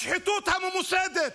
השחיתות הממוסדת